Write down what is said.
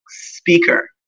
speaker